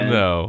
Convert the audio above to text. no